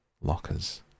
lockers